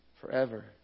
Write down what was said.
forever